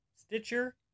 Stitcher